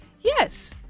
Yes